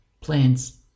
plants